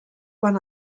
quan